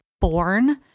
born